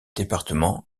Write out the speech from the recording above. département